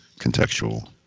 contextual